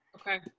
okay